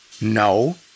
No